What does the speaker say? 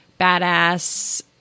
badass